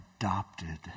adopted